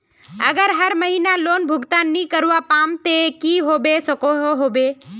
अगर हर महीना लोन भुगतान नी करवा पाम ते की होबे सकोहो होबे?